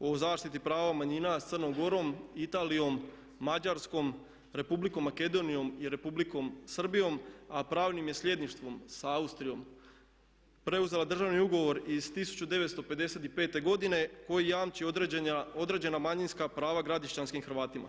o zaštiti prava manjina s Crnom Gorom, Italijom, Mađarskom, Republikom Makedonijom i Republikom Srbijom, a pravnim je sljedništvom sa Austrijom preuzela državni ugovor iz 1955. godine koji jamči određena manjinska prava gradišćanskim Hrvatima.